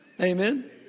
Amen